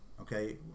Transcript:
Okay